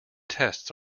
tests